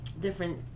different